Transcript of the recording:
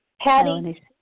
Patty